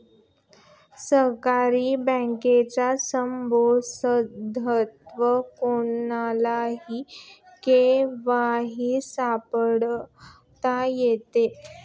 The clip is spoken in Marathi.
सहकारी बँकेचे सभासदत्व कोणालाही केव्हाही सोडता येते